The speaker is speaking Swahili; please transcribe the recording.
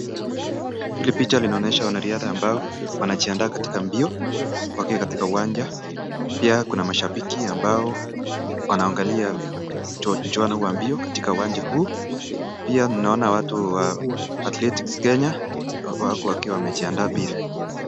Hili picha linaonyesha wanariadha ambao wanajiandaa katika mbio wakiwa katika uwanja. Pia kuna mashabiki ambao wanaangalia mchuano huu wa mbio katika uwanja huu. Pia ninaona watu wa Athletics Kenya wako wakiwa wamejiandaa pia.